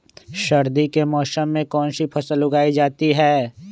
सर्दी के मौसम में कौन सी फसल उगाई जाती है?